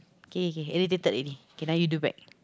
okay okay okay irritated already okay now you do back